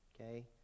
Okay